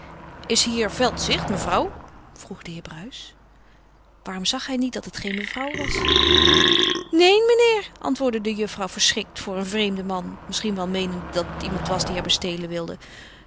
is hier veldzicht mevrouw vroeg de heer bruis waarom zag hij niet dat het geen mevrouw was neen menheer antwoordde de juffrouw verschrikt voor een vreemden man misschien wel meenende dat het iemand was die haar bestelen wilde